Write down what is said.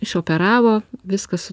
išoperavo viskas